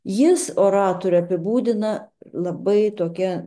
jis oratorių apibūdina labai tokia